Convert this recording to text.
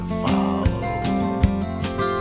follow